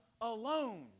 alone